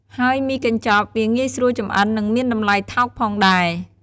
ហើយមីកញ្ចប់ វាងាយស្រួលចម្អិន និងមានតម្លៃថោកផងដែរ។